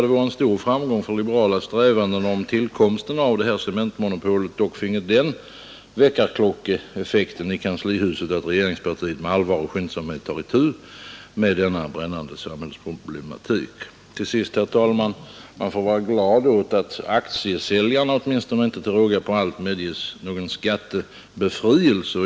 Det vore en stor framgång för de liberala strävandena om tillkomsten av cementmonopolet åtminstone finge den väckarklockeeffekten i kanslihuset att regeringspartiet nu med allvar och skyndsamhet tar itu med denna brännande samhällsproblematik. Till sist, herr talman: man får vara glad över att aktiesäljarna åtminstone inte till råga på allt medges någon skattebefrielse.